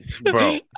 Bro